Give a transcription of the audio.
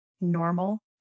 normal